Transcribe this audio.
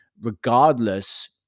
regardless